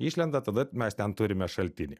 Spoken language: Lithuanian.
išlenda tada mes ten turime šaltinį